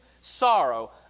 sorrow